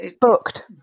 booked